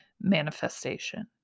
manifestation